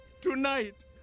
tonight